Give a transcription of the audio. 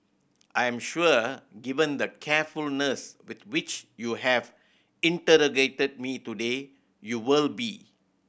I am sure given the carefulness with which you have interrogated me today you will be